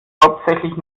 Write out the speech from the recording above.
hauptsächlich